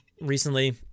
recently